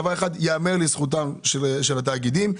דבר אחד ייאמר לזכותם של התאגידים,